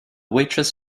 waitress